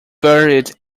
buried